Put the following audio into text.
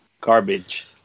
Garbage